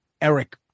Eric